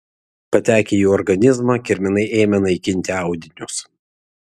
patekę į organizmą kirminai ėmė naikinti audinius